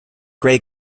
grey